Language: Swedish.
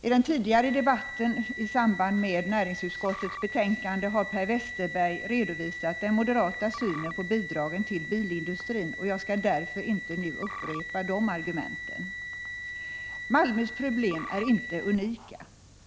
I den tidigare debatten i samband med näringsutskottets betänkande har Per Westerberg redovisat den moderata synen på bidragen till bilindustrin, och jag skall därför inte nu upprepa de argumenten. Prot. 1985/86:155 Malmös problem är inte unika.